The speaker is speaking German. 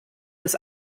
des